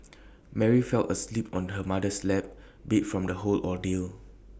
Mary fell asleep on her mother's lap beat from the whole ordeal